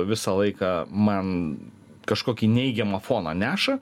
visą laiką man kažkokį neigiamą foną neša